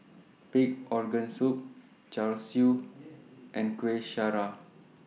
Pig'S Organ Soup Char Siu and Kueh Syara